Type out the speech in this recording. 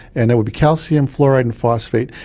and that would be calcium, fluoride and phosphate,